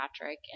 Patrick